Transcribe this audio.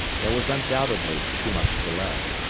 there was undoubtedly too much delay.